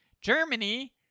Germany